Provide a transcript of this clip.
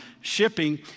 shipping